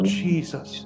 jesus